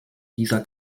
dieser